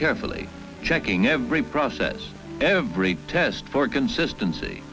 carefully checking every process every test for consistency